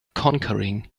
conquering